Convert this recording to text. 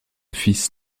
fils